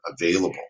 available